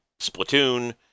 Splatoon